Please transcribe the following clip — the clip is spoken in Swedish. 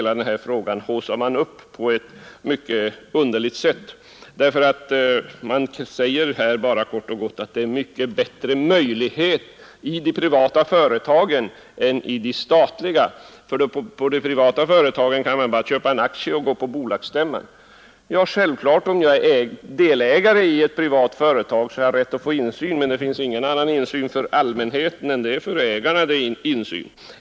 Motionärerna har haussat upp hela denna fråga på ett mycket underligt sätt. De framhåller att möjligheterna till insyn är bättre i de privata företagen än i de statliga, för i de privata företagen behöver man bara köpa enaktie för att kunna gå på bolagsstämman. Ja, om jag är delägare i ett privat företag har jag självfallet rätt till insyn, men allmänheten har ingen möjlighet till insyn.